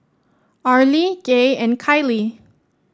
Arlie Gaye and Kylie